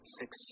six